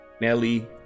Nelly